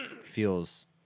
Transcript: feels